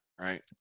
Right